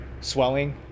swelling